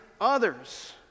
others